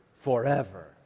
forever